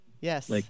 Yes